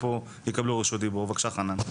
בבקשה, חנן.